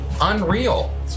unreal